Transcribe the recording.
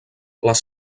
les